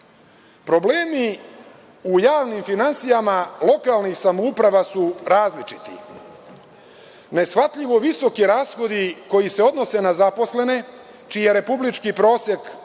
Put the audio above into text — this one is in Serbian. MMF?Problemi u javnim finansijama lokalnih samouprava su različiti. Neshvatljivo visoki rashodi koji se odnose na zaposlene čiji republički prosek, i malopre